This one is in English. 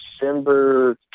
December